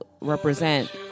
represent